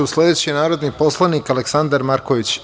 Sledeći narodni poslanik Aleksandar Marković.